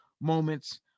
moments